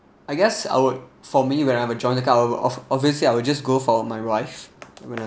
I guess I would for me when I've a joint account of obviously I would just go for my wife when I'm